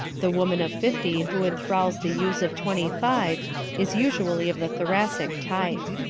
the woman of fifty who enthralls the youths of twenty-five is usually of the thoracic type.